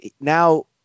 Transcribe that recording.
Now